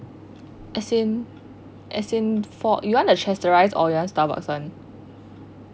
as in as in for your want the chateraise or you want the starbucks [one]